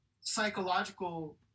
psychological